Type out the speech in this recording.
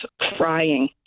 crying